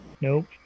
Nope